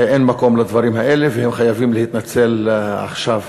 אין מקום לדברים האלה, והם חייבים להתנצל עכשיו.